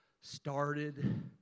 started